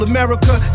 America